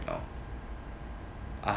you know